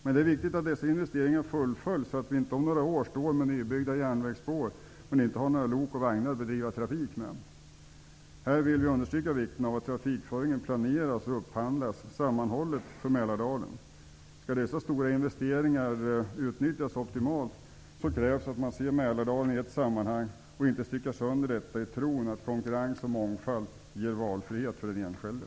Men det är viktigt att dessa investeringar fullföljs, så att vi inte om några år står med nybyggda järnvägsspår men inte har några lok och vagnar att bedriva trafik med. Här vill vi understryka vikten av att trafikföringen planeras och av att det upphandlas sammanhållet för Mälardalen. För att dessa stora investeringar skall utnyttjas optimalt krävs det att man ser Mälardalen i ett sammanhang och inte styckar sönder i tron att konkurrens och mångfald ger valfrihet för den enskilde.